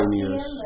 years